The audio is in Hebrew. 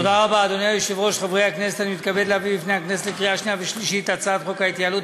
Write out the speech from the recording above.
אנחנו עכשיו עוברים בעצם להצעת חוק ההתייעלות